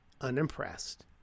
Unimpressed